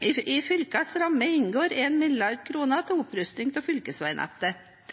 mrd. kr. I fylkenes ramme inngår 1 mrd. kr til opprusting av fylkesveinettet,